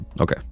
okay